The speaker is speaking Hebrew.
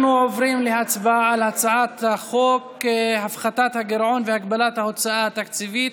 אנחנו עוברים להצבעה על הצעת חוק הפחתת הגירעון והגבלת ההוצאה התקציבית